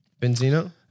Benzino